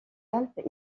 alpes